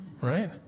right